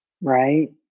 Right